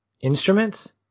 instruments